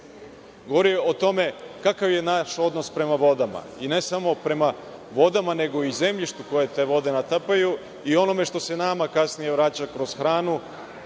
govori o tome kakav je naš odnos prema vodama, i ne samo prema vodama, nego i zemljištu koje te vode natapaju i onome što se nama kasnije vraća kroz hranu